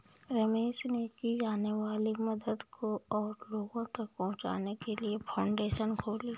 रमेश ने की जाने वाली मदद को और लोगो तक पहुचाने के लिए फाउंडेशन खोली